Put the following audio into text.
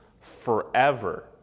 forever